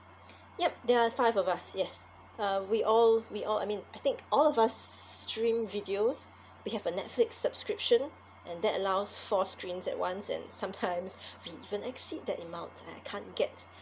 yup there are five of us yes uh we all we all I mean I think all of us stream videos we have a netflix subscription and that allows four streams at once and sometimes we even exceed the amount that I can't get